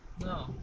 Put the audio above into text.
No